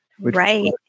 Right